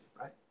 right